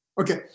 Okay